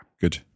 good